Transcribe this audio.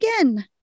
again